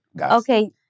Okay